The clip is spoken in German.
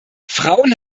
frauen